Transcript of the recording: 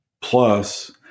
plus